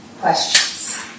questions